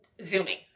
Zooming